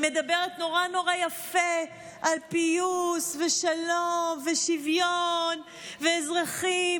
שמדברת נורא נורא יפה על פיוס ושלום ושוויון ואזרחים,